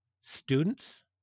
students